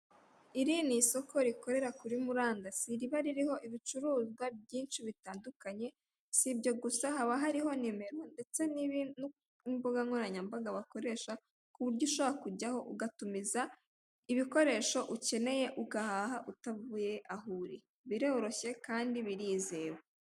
Iri ni isoko rikorera kuri murandasi riba ririho ibicuruzwa byinshi bitandukanye, si ibyo gusa haba hariho nimero ndetse n'imbugankoranyambaga bakoresha kuburyo ushobora kujyaho ugatumiza ibikoresho ukeneye ugahaha utavuye aho uri biroroshye kandi birizewe.